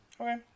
Okay